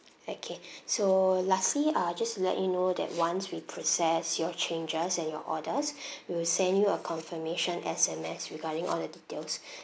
okay so lastly uh just to let you know that once we process your changes and your orders we will send you a confirmation S_M_S regarding all the details